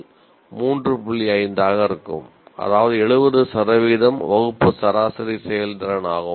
5 ஆக இருக்கும் அதாவது 70 சதவீதம் வகுப்பு சராசரி செயல்திறன் ஆகும்